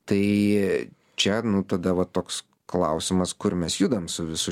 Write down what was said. tai čia nu tada va toks klausimas kur mes judam su visu